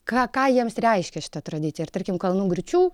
ką ką jiems reiškia šita tradicija ir tarkim kalnų griūčių